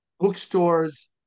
Bookstores